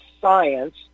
science